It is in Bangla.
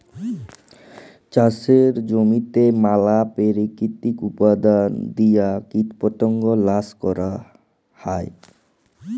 চাষের জমিতে ম্যালা পেরাকিতিক উপাদাল দিঁয়ে কীটপতঙ্গ ল্যাশ ক্যরা হ্যয়